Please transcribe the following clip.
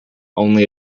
only